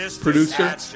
producer